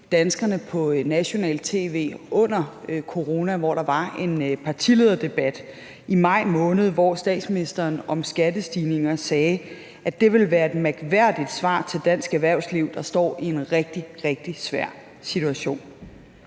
danskerne på nationalt tv under corona, hvor der var en partilederdebat i maj måned, og hvor statsministeren om skattestigninger sagde, at det ville være et mærkværdigt svar til dansk erhvervsliv, der står i en rigtig, rigtig svær situation.